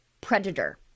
predator